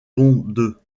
bonde